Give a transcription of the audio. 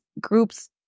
groups